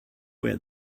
where